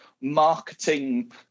marketing